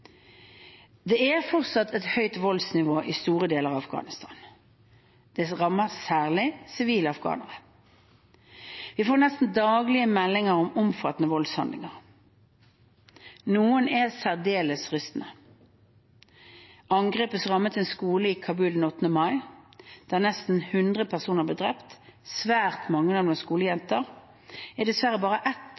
Det er fortsatt et høyt voldsnivå i store deler av Afghanistan. Dette rammer særlig sivile afghanere. Vi får nesten daglig meldinger om omfattende voldshandlinger. Noen er særdeles rystende. Angrepet som rammet en skole i Kabul den 8. mai, der nesten 100 personer ble drept, svært mange av dem skolejenter, er dessverre bare ett